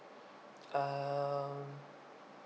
um